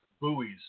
buoys